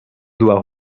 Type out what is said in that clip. doit